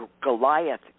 Goliath